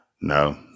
No